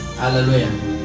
hallelujah